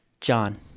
John